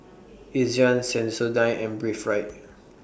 Ezion Sensodyne and Breathe Right